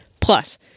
Plus